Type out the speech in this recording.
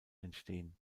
entstehen